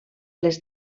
les